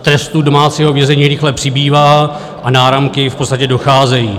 Trestů domácího vězení rychle přibývá a náramky v podstatě docházejí.